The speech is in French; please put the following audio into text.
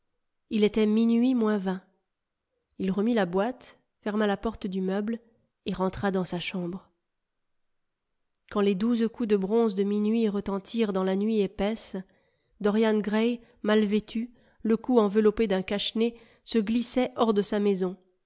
il était minuit moins vingt il j remit la boîte ferma la porte du meuble et rentra dans sa chambre quand les douze coups de bronze de minuit retentirent dans la nuit épaisse dorian gray mal vêtu le cou enveloppé d'un cache-nez se glissait hors de sa maison